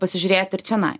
pasižiūrėt ir čionai